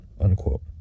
unquote